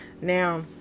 Now